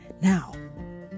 now